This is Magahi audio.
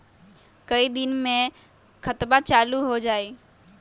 कई दिन मे खतबा चालु हो जाई?